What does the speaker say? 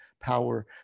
power